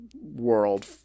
world